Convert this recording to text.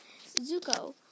Zuko